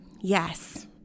yes